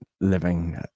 living